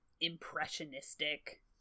impressionistic